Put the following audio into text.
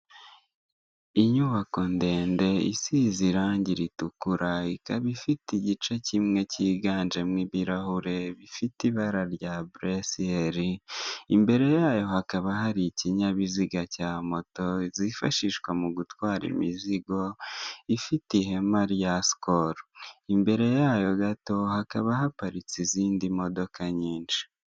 Ku Gishushu naho wahabona inzu wakwishyura amafaranga atari menshi nawe ukabasha kuyibamo, ni amadorari magana ane wishyura buri kwezi ni hafi ya raadibi.